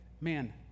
man—